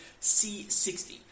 c60